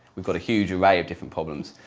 we've got a huge array of different problems,